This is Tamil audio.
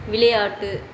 விளையாட்டு